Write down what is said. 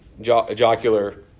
jocular